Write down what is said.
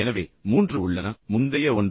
எனவே மூன்று உள்ளன முந்தைய ஒன்று